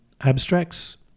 abstracts